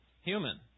human